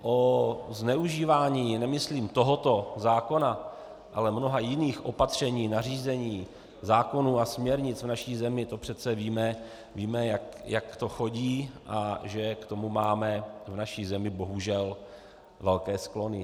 O zneužívání nemyslím tohoto zákona, ale mnoha jiných opatření, nařízení, zákonů a směrnic v naší zemi přece víme, jak to chodí, a že k tomu máme v naší zemi bohužel velké sklony.